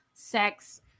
Sex